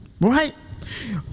right